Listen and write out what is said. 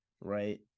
right